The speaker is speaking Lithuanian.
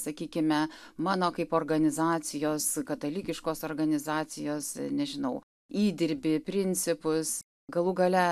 sakykime mano kaip organizacijos katalikiškos organizacijos nežinau įdirbį principus galų gale